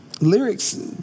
Lyrics